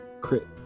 Crit